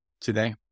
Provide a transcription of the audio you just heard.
today